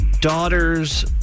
daughter's